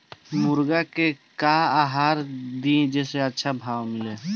मुर्गा के का आहार दी जे से अच्छा भाव मिले?